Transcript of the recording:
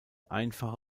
einfache